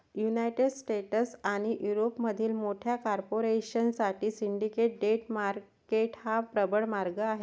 United states आणि युरोपमधील मोठ्या कॉर्पोरेशन साठी सिंडिकेट डेट मार्केट हा प्रबळ मार्ग आहे